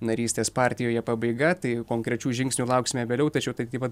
narystės partijoje pabaiga tai konkrečių žingsnių lauksime vėliau tačiau taip kaip vat